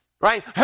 right